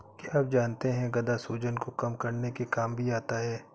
क्या आप जानते है गदा सूजन को कम करने के काम भी आता है?